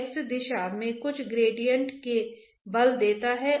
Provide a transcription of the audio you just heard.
तो क्या आपके पास कन्वेक्शन हैं